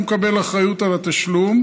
שהוא מקבל אחריות על התשלום,